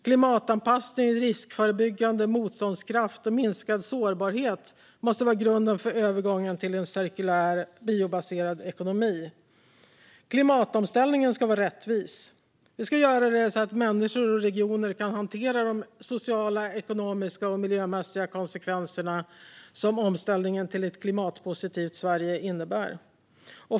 Klimatanpassning, riskförebyggande motståndskraft och minskad sårbarhet måste vara grunden för övergången till en cirkulär biobaserad ekonomi. Klimatomställningen ska vara rättvis. Den ska göras så att människor och regioner kan hantera de sociala, ekonomiska och miljömässiga konsekvenserna som omställningen till ett klimatpositivt Sverige innebär.